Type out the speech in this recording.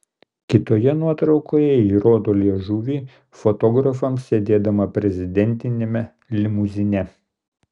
kitoje nuotraukoje ji rodo liežuvį fotografams sėdėdama prezidentiniame limuzine